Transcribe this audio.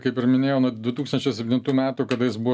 kaip ir minėjau nuo du tūkstančiai septintų metų kada jis buvo